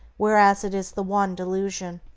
whereas it is the one delusion.